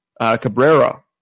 Cabrera